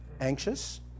anxious